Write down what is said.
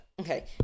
okay